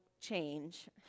change